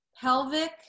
pelvic